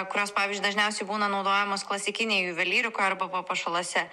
kurios pavyzdžiui dažniausiai būna naudojamos klasikinėj juvelyrikoj arba papuošaluose